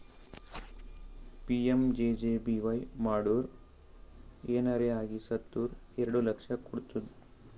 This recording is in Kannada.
ಪಿ.ಎಮ್.ಜೆ.ಜೆ.ಬಿ.ವೈ ಮಾಡುರ್ ಏನರೆ ಆಗಿ ಸತ್ತುರ್ ಎರಡು ಲಕ್ಷ ಕೊಡ್ತುದ್